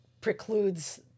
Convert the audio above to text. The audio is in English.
precludes